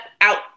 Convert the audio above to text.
out